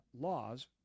laws